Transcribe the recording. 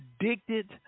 Addicted